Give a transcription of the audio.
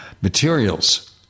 materials